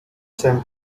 same